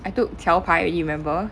I took 桥牌 you remember